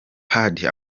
paddy